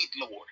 Lord